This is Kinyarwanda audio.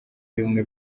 bimwe